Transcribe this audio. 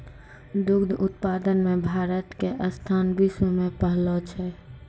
दुग्ध उत्पादन मॅ भारत के स्थान विश्व मॅ पहलो छै